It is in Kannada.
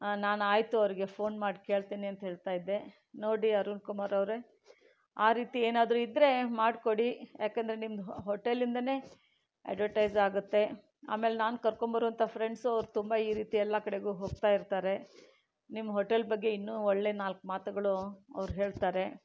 ನಾನು ಆಯಿತು ಅವರಿಗೆ ಫ಼ೋನ್ ಮಾಡಿ ಕೇಳ್ತೀನಿ ಅಂತ ಹೇಳ್ತಾ ಇದ್ದೆ ನೋಡಿ ಅರುಣ್ ಕುಮಾರ್ ಅವರೆ ಆ ರೀತಿ ಏನಾದರೂ ಇದ್ದರೆ ಮಾಡ್ಕೊಡಿ ಯಾಕಂದರೆ ನಿಮ್ದು ಹೋಟೆಲಿಂದನೇ ಅಡೊಡೈಸ್ ಆಗತ್ತೆ ಆಮೇಲೆ ನಾನು ಕರ್ಕೊಂಡು ಬರೋವಂಥ ಫ್ರೆಂಡ್ಸ್ ಅವರು ತುಂಬ ಈ ರೀತಿ ಎಲ್ಲ ಕಡೆಗೂ ಹೋಗ್ತ ಇರ್ತಾರೆ ನಿಮ್ಮ ಹೋಟೆಲ್ ಬಗ್ಗೆ ಇನ್ನೂ ಒಳ್ಳೆ ನಾಲ್ಕು ಮಾತುಗಳು ಅವರು ಹೇಳ್ತಾರೆ